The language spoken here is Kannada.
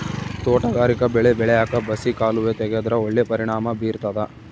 ತೋಟಗಾರಿಕಾ ಬೆಳೆ ಬೆಳ್ಯಾಕ್ ಬಸಿ ಕಾಲುವೆ ತೆಗೆದ್ರ ಒಳ್ಳೆ ಪರಿಣಾಮ ಬೀರ್ತಾದ